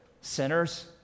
sinners